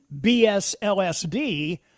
BSLSD